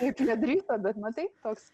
kaip jie drįso bet matai toks